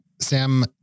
Sam